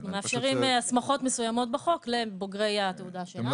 אנחנו מאפשרים הסמכות מסוימות בחוק לבוגרי התעודה שלנו.